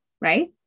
right